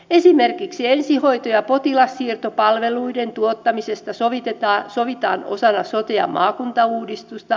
esimerkiksi ensihoito ja potilassiirtopalveluiden tuottamisesta sovitaan osana sote ja maakuntauudistusta